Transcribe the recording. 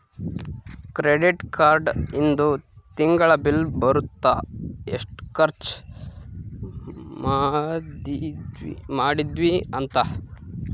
credit card ಇಂದು ತಿಂಗಳ bill ಬರುತ್ತ ಎಸ್ಟ ಖರ್ಚ ಮದಿದ್ವಿ ಅಂತ